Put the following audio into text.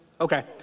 Okay